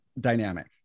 dynamic